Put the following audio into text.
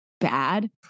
bad